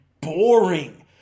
boring